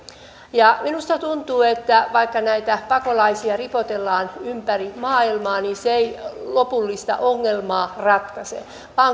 minusta tuntuu että vaikka näitä pakolaisia ripotellaan ympäri maailmaa niin se ei lopullista ongelmaa ratkaise